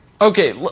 Okay